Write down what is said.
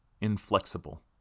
inflexible